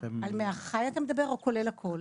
אתה מדבר על מהחי או כולל הכל?